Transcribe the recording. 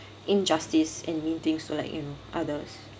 injustice and mean things to like you know others